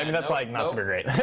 and that's like not super great.